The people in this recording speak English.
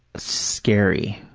scary,